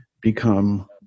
become